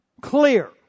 clear